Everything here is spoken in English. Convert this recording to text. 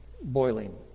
boiling